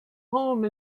home